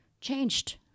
changed